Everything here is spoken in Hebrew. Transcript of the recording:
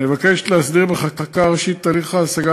מבקשת להסדיר בחקיקה ראשית את הליך ההשגה